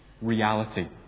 reality